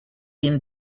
been